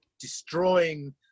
destroying